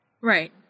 Right